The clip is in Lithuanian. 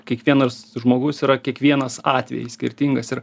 kiekvienas žmogus yra kiekvienas atvejis skirtingas ir